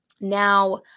now